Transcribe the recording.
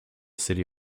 city